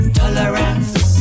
tolerance